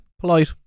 Polite